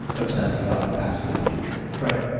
obsessing about the past or the future. right.